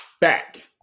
back